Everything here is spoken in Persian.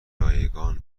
رایگان